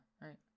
right